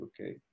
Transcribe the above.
Okay